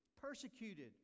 persecuted